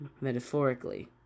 Metaphorically